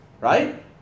Right